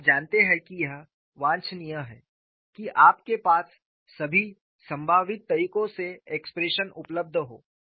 आप जानते हैं कि यह वांछनीय है कि आपके पास सभी संभावित तरीकों से एक्सप्रेशन उपलब्ध हों